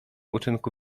uczynku